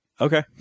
Okay